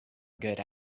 good